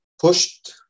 pushed